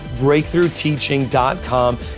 breakthroughteaching.com